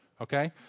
okay